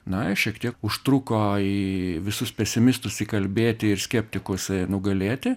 na šiek tiek užtruko į visus pesimistus įkalbėti ir skeptikus nugalėti